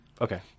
okay